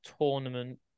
tournament